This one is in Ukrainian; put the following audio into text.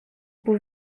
був